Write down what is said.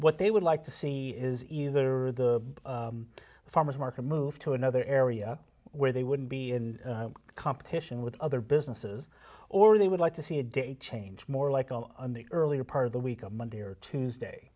what they would like to see is either the farmer's market move to another area where they wouldn't be in competition with other businesses or they would like to see a date change more like on the earlier part of the week on monday or tuesday